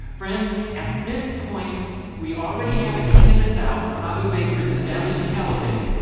friends, at this point we already have a king of the south abu baker has established a caliphate.